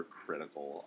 critical